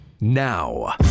Now